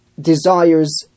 desires